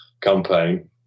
campaign